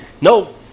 No